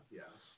yes